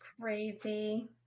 Crazy